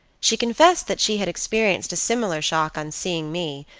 she confessed that she had experienced a similar shock on seeing me,